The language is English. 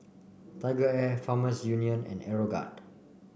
TigerAir Farmers Union and Aeroguard